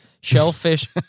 shellfish